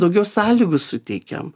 daugiau sąlygų suteikiam